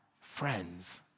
Friends